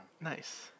Nice